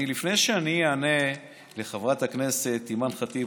לפני שאני אענה לחברת הכנסת אימאן ח'טיב,